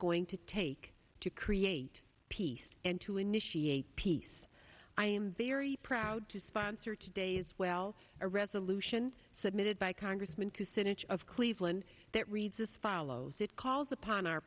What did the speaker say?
going to take to create peace and to initiate peace i am very proud to sponsor today as well a resolution submitted by congressman kasich of cleveland that reads as follows it calls upon our